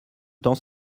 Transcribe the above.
temps